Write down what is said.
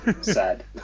sad